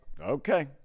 Okay